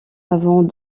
avant